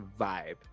vibe